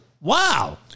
Wow